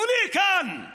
מולי כאן,